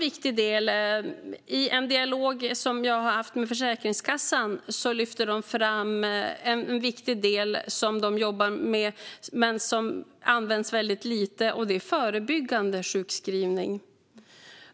I en dialog som jag har haft med Försäkringskassan lyfter de fram en annan viktig del som de jobbar med men som används väldigt lite, nämligen förebyggande sjukskrivning.